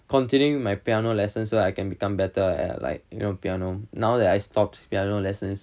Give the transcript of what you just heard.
continuing my piano lessons so I can become better at like you know piano now that I stopped piano lessons